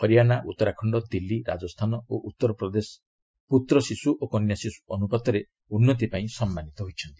ହରିଆଣା ଉତ୍ତରାଖଣ୍ଡ ଦିଲ୍ଲୀ ରାଜସ୍ଥାନ ଓ ଉତ୍ତରପ୍ରଦେଶ ପୁତ୍ର ଶିଶୁ ଓ କନ୍ୟା ଶିଶୁ ଅନୁପାତରେ ଉନ୍ନତି ପାଇଁ ସମ୍ମାନିତ ହୋଇଛନ୍ତି